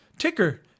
Ticker